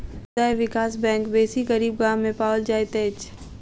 समुदाय विकास बैंक बेसी गरीब गाम में पाओल जाइत अछि